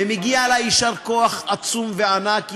ומגיע לה יישר כוח עצום וענק.